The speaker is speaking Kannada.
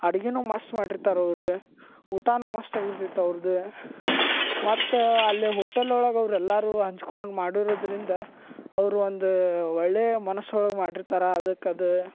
ಅಡಿಗಿನೂ ಮಸ್ತ್ ಮಾಡಿರ್ತಾರೆ ಅವ್ರ ಊಟಾನೂ ಮಸ್ತ್ ಆಗಿರ್ತೈತಿ ಅವ್ರ್ದ ಮತ್ತೆ ಅಲ್ಲಿ ಹೋಟೆಲ್ ಒಳಗ ಅವ್ರೆಲ್ಲಾರೂ ಹಂಚ್ಕೊಂಡು ಮಾಡಿರುದರಿಂದ ಅವ್ರ ಒಂದು ಒಳ್ಳೆಯ ಮನಸು ಒಳಗ ಮಾಡಿರ್ತಾರೆ ಅದಕ್ಕೆ ಅದು